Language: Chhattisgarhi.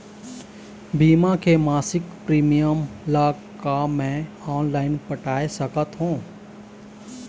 बीमा के मासिक प्रीमियम ला का मैं ऑनलाइन पटाए सकत हो?